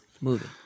movie